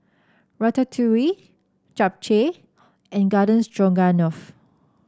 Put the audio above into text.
Ratatouille Japchae and Garden Stroganoff